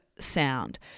sound